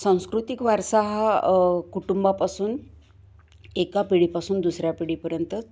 सांस्कृतिक वारसा हा कुटुंबापासून एका पिढीपासून दुसऱ्या पिढीपर्यंत